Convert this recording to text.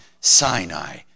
Sinai